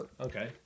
Okay